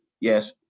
Yes